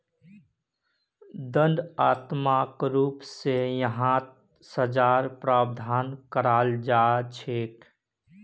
दण्डात्मक रूप स यहात सज़ार प्रावधान कराल जा छेक